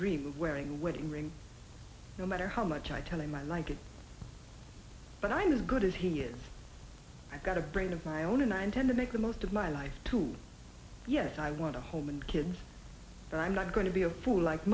dream of wearing a wedding ring no matter how much i tell him i like it but i'm as good as he is i've got a brain of my own and i intend to make the most of my life too yes i want a home and kids but i'm not going to be a fool like